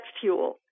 fuel